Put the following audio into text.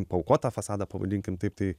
paaukot tą fasadą pavadinkim taip tai